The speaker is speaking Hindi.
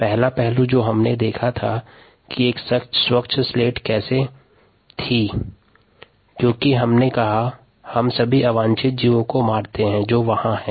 पहला पहलू हमने देखा था कि एक स्वच्छ स्लेट कैसा था क्योंकि हमने कहा कि हम सभी अवांछित जीवों को मारते हैं जो वहां हैं